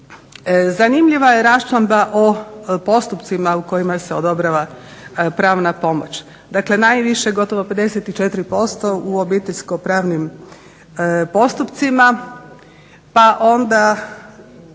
Zanimljiva je raščlamba o postupcima u kojima se odobrava pravna pomoć, dakle najviše, gotovo 54% u obiteljsko-pravnim postupcima, pa onda